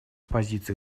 позиции